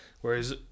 whereas